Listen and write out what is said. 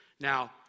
Now